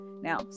now